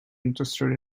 interested